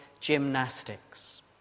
gymnastics